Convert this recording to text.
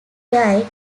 guy